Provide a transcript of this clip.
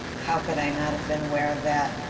how could i not have been aware of that?